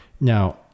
now